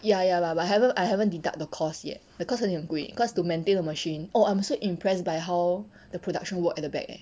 ya ya but but haven't I haven't deduct the cost yet the cost 肯定很贵 cause to maintain the machine oh I'm so impressed by how the production work at the back eh